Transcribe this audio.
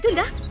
that